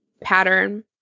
pattern